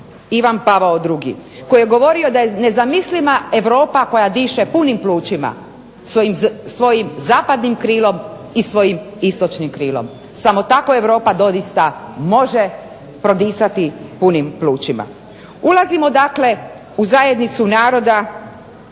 Ivan Pavao II. koji je govorio da je nezamisliva Europa koja diše punim plućima, svojim zapadnim krilom i svojim istočnim krilom, samo tako Europa doista može disati punim plućima. Ulazimo dakle u zajednicu naroda